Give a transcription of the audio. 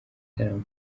gitaramo